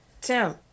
Tim